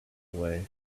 way